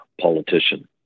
politician